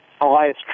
Elias